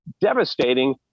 devastating